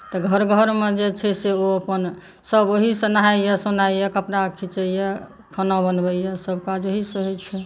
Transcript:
तऽ घर घरमे जे छै से ओ अपन ओहि से नहा कपड़ा खिचैया खाना बनबैया सभ काज होइ छै